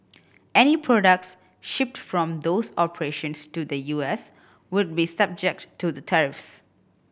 any products shipped from those operations to the U S would be subject to the tariffs